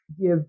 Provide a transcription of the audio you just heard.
give